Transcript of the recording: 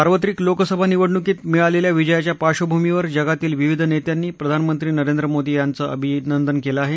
सार्वत्रिक लोकसभा निवडणुकीत मिळालेल्या विजयाच्या पार्श्वभूमीवर जगातील विविध नेत्यांनी प्रधानमंत्री नरेंद्र मोदी यांचं अभिनंदन केलं आहे